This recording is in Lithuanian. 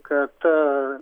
kad aaa